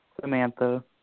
Samantha